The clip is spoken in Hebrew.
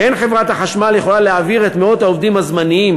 וחברת החשמל אינה יכולה להעביר את מאות העובדים הזמניים